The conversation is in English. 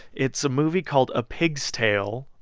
it's a movie called a pig's tale.